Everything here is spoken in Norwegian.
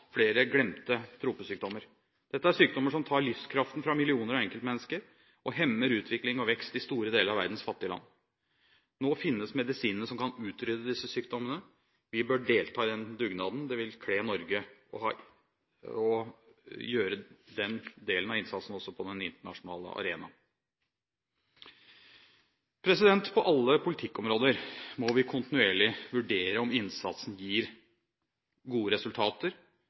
flere glemte tropesykdommer. Dette er sykdommer som tar livskraften fra millioner av enkeltmennesker og hemmer utvikling og vekst i store deler av verdens fattige land. Nå finnes medisinene som kan utrydde disse sykdommene. Vi bør delta i den dugnaden. Det vil kle Norge å gjøre den delen av innsatsen også på den internasjonale arena. På alle politikkområder må vi kontinuerlig vurdere om innsatsen gir gode resultater,